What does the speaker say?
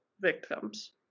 victims